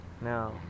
now